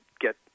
get